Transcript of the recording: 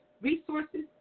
resources